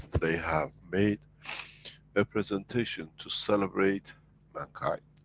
they have made a presentation to celebrate mankind.